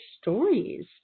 stories